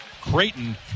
Creighton